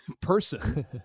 person